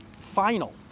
final